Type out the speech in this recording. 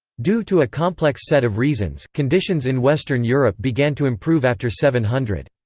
due to a complex set of reasons, conditions in western europe began to improve after seven hundred.